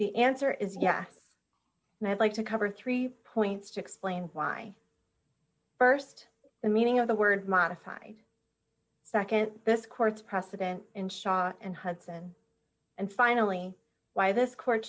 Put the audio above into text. the answer is yes and i'd like to cover three points to explain why st the meaning of the word modified back in this court's precedent in shaw and hudson and finally why this court